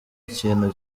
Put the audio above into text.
ikintu